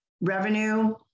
revenue